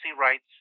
rights